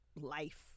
life